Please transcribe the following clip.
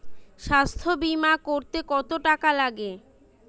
স্বাস্থ্যবীমা করতে কত টাকা লাগে?